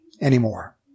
anymore